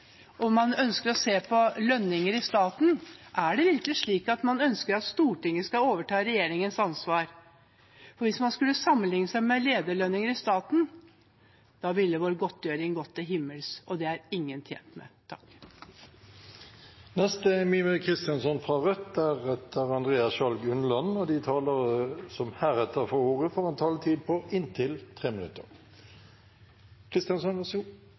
man ønsker å se på lønninger i staten: Er det virkelig slik at man ønsker at Stortinget skal overta regjeringens ansvar? For hvis man skulle sammenliknet seg med lederlønninger i staten, ville vår godtgjøring gått til himmels, og det er ingen tjent med. De talere som heretter får ordet, har en taletid på inntil 3 minutter.